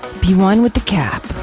be one with the cap,